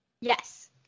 Yes